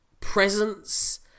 presence